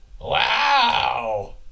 Wow